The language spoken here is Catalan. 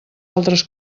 altres